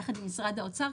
יחד עם משרד האוצר,